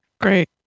great